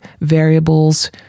variables